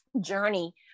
journey